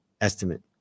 estimate